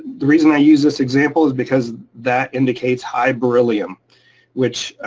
the reason i use this example is because that indicates high beryllium which.